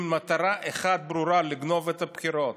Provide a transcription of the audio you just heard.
עם מטרה אחת ברורה: לגנוב את הבחירות.